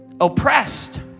oppressed